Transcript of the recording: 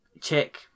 Check